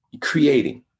creating